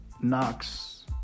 Knox